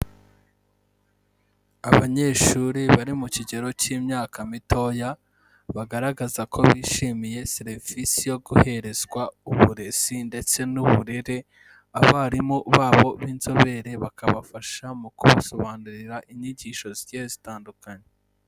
Abanyeshuri bari mu kigero cy'imyaka mitoya, bagaragaza ko bishimiye serivisi yo guherezwa uburezi ndetse n'uburere, abarimu babo b'inzobere bakabafasha mu kubasobanurira inyigisho zigiye zitandukanye.